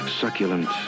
Succulent